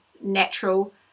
natural